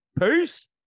peace